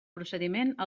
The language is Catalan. procediment